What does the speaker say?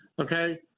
okay